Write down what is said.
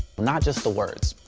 not just the words.